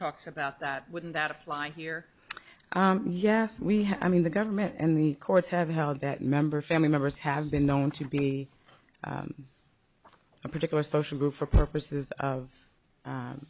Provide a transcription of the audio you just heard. talks about that wouldn't that fly here yes i mean the government and the courts have held that member family members have been known to be a particular social group for purposes of